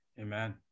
Amen